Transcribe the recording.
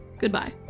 Goodbye